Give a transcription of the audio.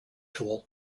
tool